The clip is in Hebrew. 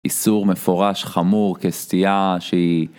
איסור מפורש חמור כסטייה שהיא